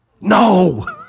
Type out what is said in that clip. No